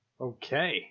Okay